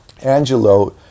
Angelo